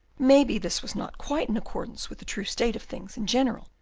maybe this was not quite in accordance with the true state of things in general,